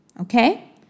Okay